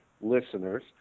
listeners